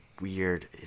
weird –